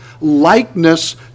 likeness